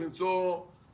כדי למצוא פתרונות